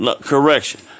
Correction